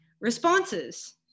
responses